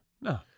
no